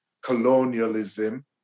colonialism